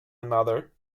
another